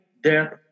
death